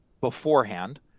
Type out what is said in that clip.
beforehand